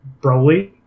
Broly